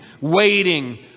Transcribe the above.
waiting